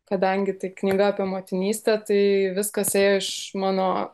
kadangi tai knyga apie motinystę tai viskas ėjo iš mano